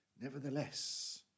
nevertheless